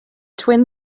twin